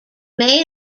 may